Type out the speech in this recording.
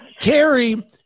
Carrie